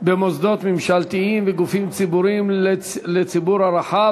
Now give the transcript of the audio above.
במוסדות ממשלתיים וגופים ציבוריים לציבור הרחב,